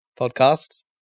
podcast